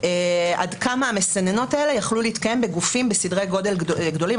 עד כמה המסננות האלה יכלו להתקיים בגופים בסדרי גודל גדולים.